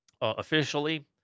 officially